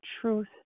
truth